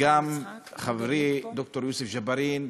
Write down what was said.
גם חברי ד"ר יוסף ג'בארין,